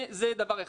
זה דבר אחד.